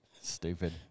stupid